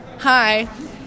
hi